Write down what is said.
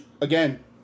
again